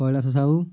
Kailash Sahu